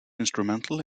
instrumental